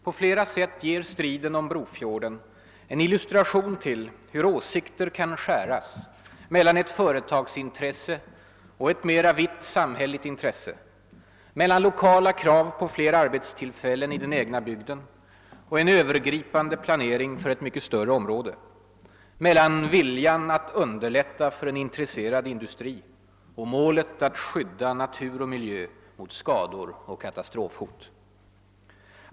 På flera sätt ger striden om Brofjorden en illustration till hur åsikter kan skära sig mellan ett företagsintresse och ett mera vidsträckt samhälleligt intresse, mellan lokala krav på flera arbetsfällen i den egna bygden och en övergripande planering för ett mycket större område, mellan viljan att underlätta för en intresserad industri och målet att skydda natur och miljö mot skador och katastrofhot.